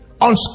on